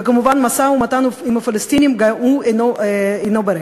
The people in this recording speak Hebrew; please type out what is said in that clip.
וכמובן משא-ומתן עם הפלסטינים גם הוא אינו ברקע.